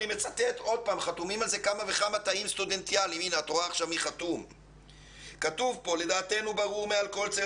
אני מצטט עוד קטע ממנו: "לדעתנו ברור מעל כל צל